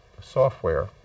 software